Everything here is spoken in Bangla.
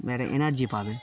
এনার্জি পাবে